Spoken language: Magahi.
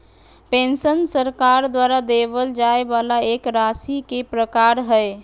पेंशन सरकार द्वारा देबल जाय वाला एक राशि के प्रकार हय